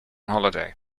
holiday